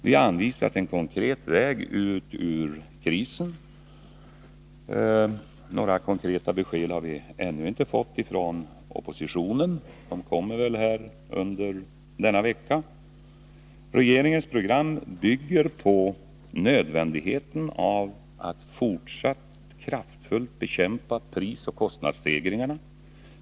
Vi har anvisat en konkret väg ur krisen. Några konkreta besked har vi ännu inte fått från oppositionen. De kommer väl under denna vecka. Regeringens program bygger på nödvändigheten av att fortsatt kraftfullt bekämpa prisoch kostnadsstegringarna.